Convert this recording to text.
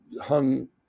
hung